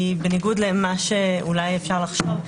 בניגוד למה שאולי אפשר לחשוב,